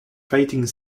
fighting